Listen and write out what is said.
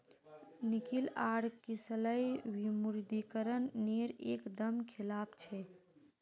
निकिल आर किसलय विमुद्रीकरण नेर एक दम खिलाफ छे